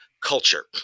culture